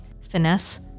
finesse